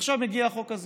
עכשיו מגיע החוק הזה,